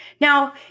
Now